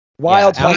Wild